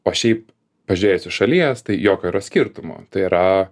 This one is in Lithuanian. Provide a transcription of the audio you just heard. o šiaip pažiūrėjus iš šalies tai jokio yra skirtumo tai yra